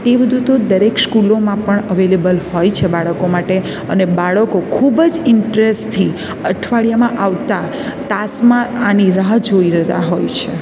તે બધું તો દરેક સ્કૂલોમાં પણ અવેલેબલ હોય છે બાળકો માટે અને બાળકો ખૂબ જ ઇન્ટરેસ્ટથી અઠવાડિયામાં આવતા તાસમાં આની રાહ જોઈ રહ્યાં હોય છે